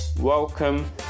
Welcome